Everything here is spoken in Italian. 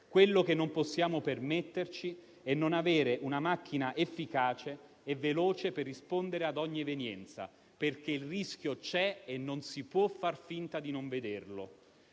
Quello che non possiamo permetterci è non avere una macchina efficace e veloce per rispondere a ogni evenienza, perché il rischio c'è e non si può far finta di non vederlo.